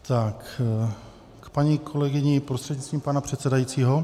K paní kolegyni prostřednictvím pana předsedajícího.